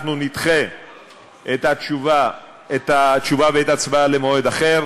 אנחנו נדחה את התשובה ואת ההצבעה למועד אחר,